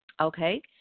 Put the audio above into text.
Okay